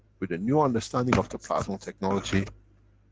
with a new understanding of the plasma technology,